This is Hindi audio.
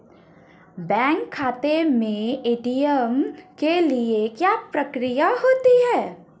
बैंक खाते में ए.टी.एम के लिए क्या प्रक्रिया होती है?